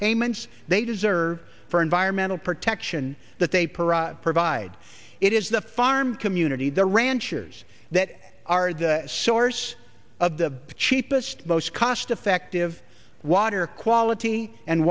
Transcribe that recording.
payments they deserve for environmental protection that they provide it is the farm community the ranchers that are the source of the cheapest most cost effective water quality and